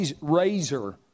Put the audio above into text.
razor